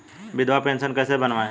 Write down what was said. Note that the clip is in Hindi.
विधवा पेंशन कैसे बनवायें?